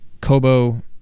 Kobo